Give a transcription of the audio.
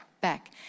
back